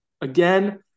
again